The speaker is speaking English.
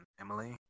Emily